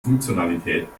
funktionalität